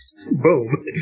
Boom